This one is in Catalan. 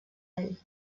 ell